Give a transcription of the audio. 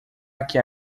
aqui